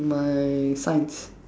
my science